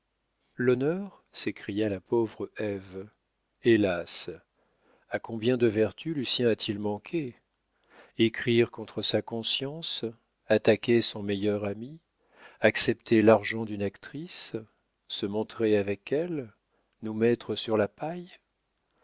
l'honneur s'écria la pauvre ève hélas à combien de vertus lucien a-t-il manqué écrire contre sa conscience attaquer son meilleur ami accepter l'argent d'une actrice se montrer avec elle nous mettre sur la paille